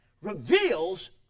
reveals